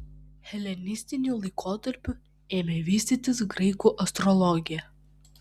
helenistiniu laikotarpiu ėmė vystytis graikų astrologija